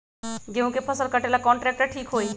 गेहूं के फसल कटेला कौन ट्रैक्टर ठीक होई?